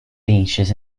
beaches